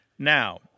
Now